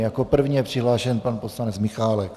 Jako první je přihlášen pan poslanec Michálek.